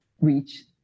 reach